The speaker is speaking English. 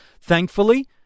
Thankfully